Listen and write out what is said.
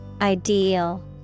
Ideal